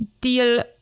deal